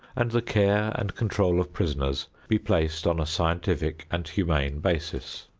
and the care and control of prisoners be placed on a scientific and humane basis.